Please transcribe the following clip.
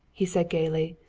he said gayly,